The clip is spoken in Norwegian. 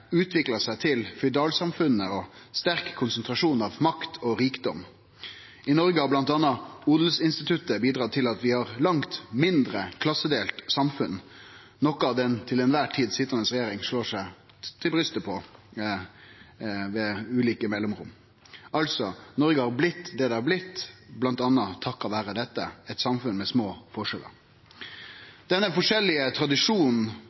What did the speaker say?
utvikla seg til føydalsamfunn og sterk konsentrasjon av makt og rikdom. I Noreg har odelsinstituttet bl.a. bidratt til at vi har eit langt mindre klassedelt samfunn – noko den regjeringa som til kvar tid sit, slår seg på brystet for med ulike mellomrom. Noreg har altså blitt det det har blitt, bl.a. takk vere dette – eit samfunn med små forskjellar. Denne forskjellige tradisjonen